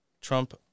Trump